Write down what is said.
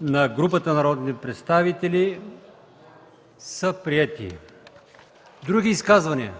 на групата народни представители са приети. Други изказвания?